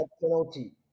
penalty